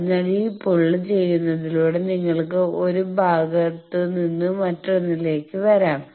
അതിനാൽ ഈ പുള്ള് ചെയുന്നതിലൂടെ നിങ്ങൾക്ക് 1 ഭാഗത്തു നിന്ന് മറ്റൊന്നിലേക്ക് വരാം